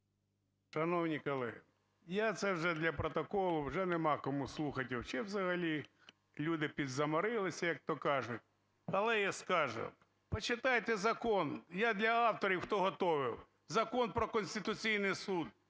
Шановні колеги, я це вже для протоколу, вже нема кому слухать вообще взагалі, люди підзаморилися, як то кажуть, але я скажу. Почитайте закон, я для авторів, хто готував, Закон про Конституційний Суд,